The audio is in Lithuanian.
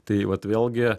tai vat vėlgi